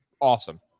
awesome